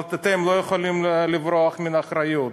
אבל אתם לא יכולים לברוח מאחריות.